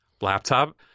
laptop